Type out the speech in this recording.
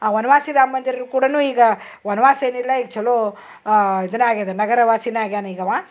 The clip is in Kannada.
ಆ ವನವಾಸಿ ರಾಮ ಮಂದಿರ ಕೂಡನು ಈಗ ವನವಾಸ ಏನಿಲ್ಲ ಈಗ ಚಲೋ ಇದನಾಗ್ಯದ ನಗರವಾಸಿನ ಆಗ್ಯಾನ ಈಗವ